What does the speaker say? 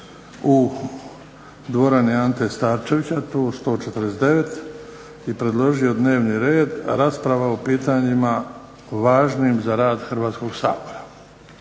u dvorani "Ante Starčevića" tu u 149 i predložio Dnevni red – Rasprava o pitanjima važnim za rad Hrvatskog sabora.